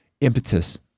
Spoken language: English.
impetus